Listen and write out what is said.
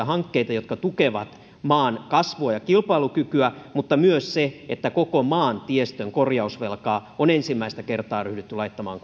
hankkeita jotka tukevat maan kasvua ja kilpailukykyä mutta myös se että koko maantiestön korjausvelkaa on ensimmäistä kertaa ryhdytty laittamaan